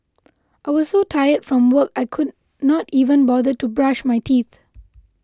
I was so tired from work I could not even bother to brush my teeth